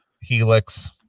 Helix